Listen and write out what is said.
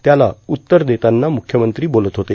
त्याला उत्तर देताना मुख्यमंत्री बोलत होते